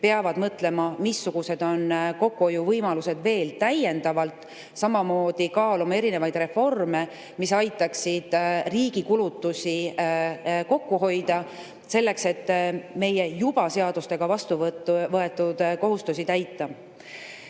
peavad mõtlema, missugused on kokkuhoiuvõimalused veel täiendavalt, samamoodi kaaluma erinevaid reforme, mis aitaksid riigi kulutusi kokku hoida, selleks et meie juba seadustega vastuvõetud kohustusi täita. Kui